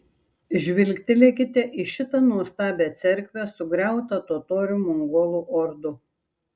žvilgtelėkite į šitą nuostabią cerkvę sugriautą totorių mongolų ordų